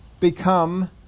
become